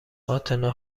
اتنا